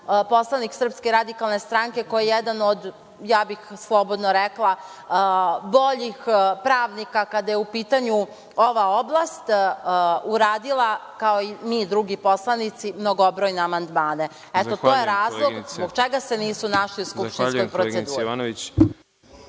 poslanik SRS, koja je jedna od, ja bih slobodno rekla, boljih pravnika kada je u pitanju ova oblast, uradila, kao i mi drugi poslanici, mnogobrojne amandmane. Eto, to je razlog zbog čega se nisu našli u Skupštinskoj proceduri.